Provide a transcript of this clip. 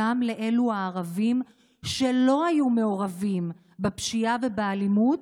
גם לאלו הערבים שלא היו מעורבים בפשיעה ובאלימות,